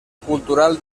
cultural